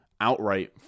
outright